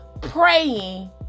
praying